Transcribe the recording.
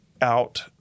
out